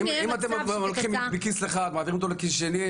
אם אתם לוקחים מכיס אחד ומעבירים לכיס שני,